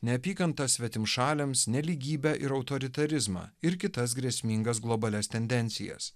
neapykantą svetimšaliams nelygybę ir autoritarizmą ir kitas grėsmingas globalias tendencijas